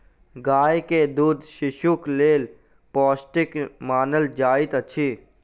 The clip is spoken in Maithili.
गाय के दूध शिशुक लेल पौष्टिक मानल जाइत अछि